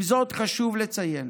עם זאת, חשוב לציין